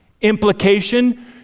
Implication